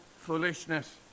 foolishness